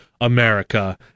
america